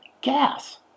gas